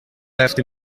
left